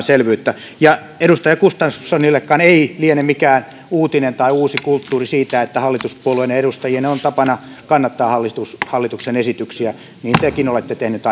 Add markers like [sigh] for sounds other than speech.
[unintelligible] selvyyttä ja edustaja gustafssonillekaan ei liene mikään uutinen tai uusi kulttuuri se että hallituspuolueiden edustajien on tapana kannattaa hallituksen esityksiä niin tekin olette tehnyt [unintelligible]